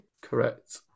Correct